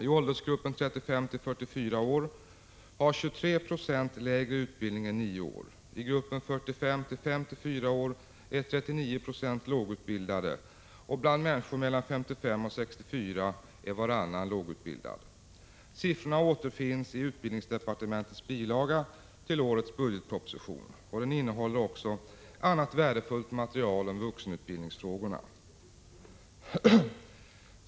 I åldersgruppen 35—44 år har 23 90 kortare utbildning än nio år, i gruppen 45—54 år är 39 90 lågutbildade och bland människor mellan 55 och 64 är varannan lågutbildad. Siffrorna återfinns i utbildningsdepartementets bilaga till årets budgetproposition. Den innehåller också annat värdefullt material om vuxenutbildningsfrågorna.